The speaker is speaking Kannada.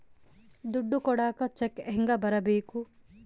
ದುಡ್ಡು ಕೊಡಾಕ ಚೆಕ್ ಹೆಂಗ ಬರೇಬೇಕು?